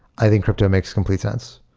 i think crypto makes complete sense.